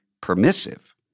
permissive